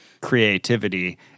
creativity